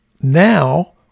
now